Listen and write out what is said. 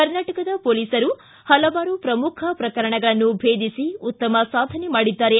ಕರ್ನಾಟಕದ ಪೊಲೀಸರು ಹಲವಾರು ಪ್ರಮುಖ ಪ್ರಕರಣಗಳನ್ನು ಭೇದಿಸಿ ಉತ್ತಮ ಸಾಧನೆ ಮಾಡಿದ್ದಾರೆ